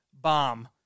bomb